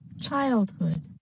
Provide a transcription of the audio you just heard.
Childhood